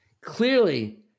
Clearly